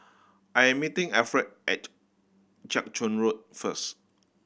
I'm meeting Alfred at Jiak Chuan Road first